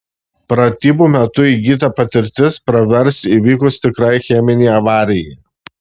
pratybų metu įgyta patirtis pravers įvykus tikrai cheminei avarijai